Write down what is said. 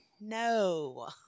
No